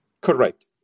Correct